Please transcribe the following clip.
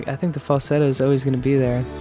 i think the falsetto is always going to be there.